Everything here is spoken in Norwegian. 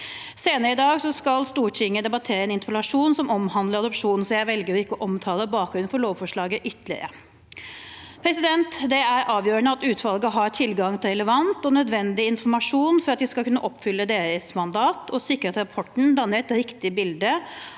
Senere i dag skal Stortinget debattere en interpellasjon som omhandler adopsjon, så jeg velger å ikke omtale bakgrunnen for lovforslaget ytterligere. Det er avgjørende at utvalget har tilgang til relevant og nødvendig informasjon for at de skal kunne oppfylle sitt mandat og sikre at rapporten danner et riktig bilde